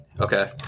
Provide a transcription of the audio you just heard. Okay